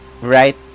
right